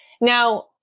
Now